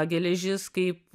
geležis kaip